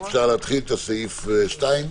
כן, אפשר להתחיל את סעיף 2?